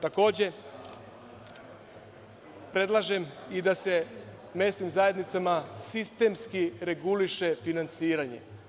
Takođe, predlažem i da se mesnim zajednicama sistemski reguliše finansiranje.